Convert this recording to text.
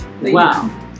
Wow